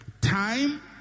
time